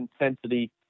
intensity